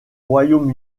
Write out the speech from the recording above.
royaume